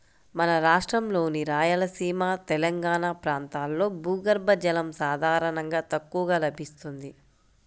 మన రాష్ట్రంలోని రాయలసీమ, తెలంగాణా ప్రాంతాల్లో భూగర్భ జలం సాధారణంగా తక్కువగా లభిస్తుంది